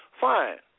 fine